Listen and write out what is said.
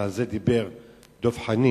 שעל זה דיבר דב חנין,